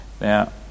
Now